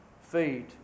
feed